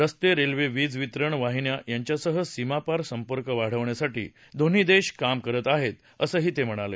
रस्ते रेल्वे वीज वितरण वाहिन्या यांच्यासह सीमापार संपर्क वाढवण्यासाठी दोन्ही देश काम करत आहेत असं ते म्हणाले